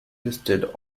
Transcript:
listed